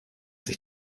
sich